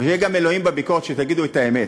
ושיהיה גם אלוהים בביקורת, שתגידו את האמת.